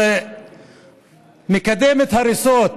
שמקדמת הריסות.